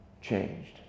changed